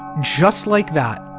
just like that,